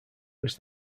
was